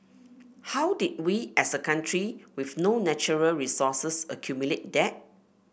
how did we as a country with no natural resources accumulate that